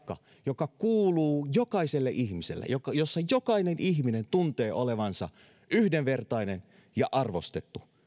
se paikka joka kuuluu jokaiselle ihmiselle jossa jokainen ihminen tuntee olevansa yhdenvertainen ja arvostettu